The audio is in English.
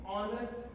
Honest